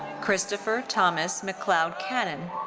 christopher thomas mcleod cannon.